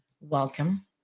welcome